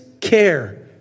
care